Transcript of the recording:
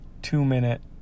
two-minute